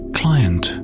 client